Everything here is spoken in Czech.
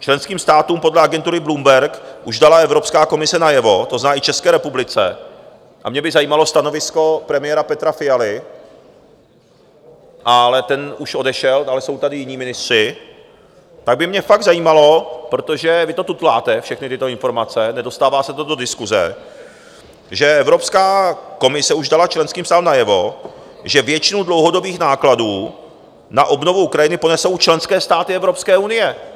Členským státům podle agentury Bloomberg už dala Evropská komise najevo, to znamená i České republice a mě by zajímalo stanovisko premiéra Petra Fialy, ale ten už odešel, ale jsou tady jiní ministři tak by mě fakt zajímalo, protože vy to tutláte, všechny tyto informace, nedostává se to do diskuse, že Evropská komise už dala členským státům najevo, že většinu dlouhodobých nákladů na obnovu Ukrajiny ponesou členské státy Evropské unie.